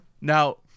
now